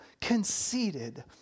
conceited